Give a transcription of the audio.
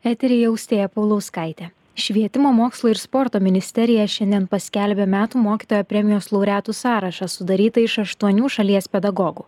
eteryje austėja paulauskaitė švietimo mokslo ir sporto ministerija šiandien paskelbė metų mokytojo premijos laureatų sąrašą sudarytą iš aštuonių šalies pedagogų